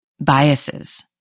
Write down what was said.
biases